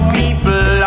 people